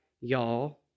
y'all